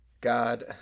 God